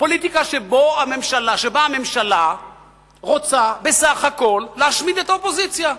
פוליטיקה שבה הממשלה רוצה בסך הכול להשמיד את האופוזיציה.